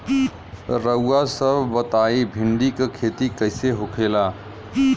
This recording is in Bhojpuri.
रउआ सभ बताई भिंडी क खेती कईसे होखेला?